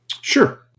Sure